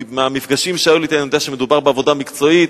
מהמפגשים שהיו לי אתו אני יודע שמדובר בעבודה מקצועית,